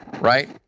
Right